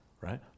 right